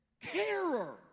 terror